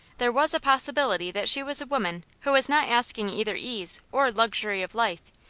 there was a possibility that she was a women who was not asking either ease or luxury of life,